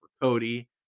Cody